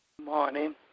Morning